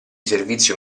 servizio